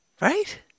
Right